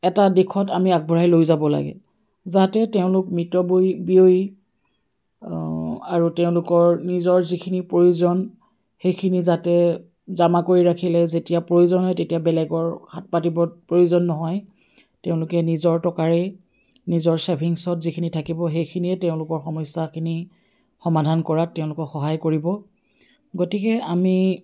এটা দিশত আমি আগবঢ়াই লৈ যাব লাগে যাতে তেওঁলোক মিতব্য়য়ী আৰু তেওঁলোকৰ নিজৰ যিখিনি প্ৰয়োজন সেইখিনি যাতে জমা কৰি ৰাখিলে যেতিয়া প্ৰয়োজন হয় তেতিয়া বেলেগৰ হাত পাতিবৰ প্ৰয়োজন নহয় তেওঁলোকে নিজৰ টকাৰেই নিজৰ ছেভিংছত যিখিনি থাকিব সেইখিনিয়ে তেওঁলোকৰ সমস্যাখিনি সমাধান কৰাত তেওঁলোকক সহায় কৰিব গতিকে আমি